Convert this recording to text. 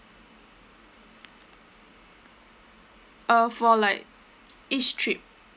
uh for like each trip